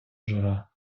жура